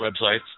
websites